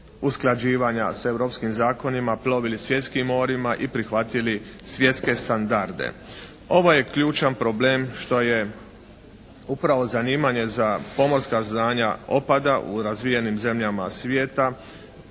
usklađivanja sa europskim zakonima plovili svjetskim morima i prihvatili svjetske standarde. Ovo je ključan problem što je upravo zanimanje za pomorska znanja opada u razvijenim zemljama svijeta,